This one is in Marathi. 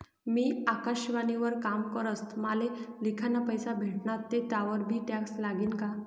मी आकाशवाणी वर काम करस माले लिखाना पैसा भेटनात ते त्यावर बी टॅक्स लागी का?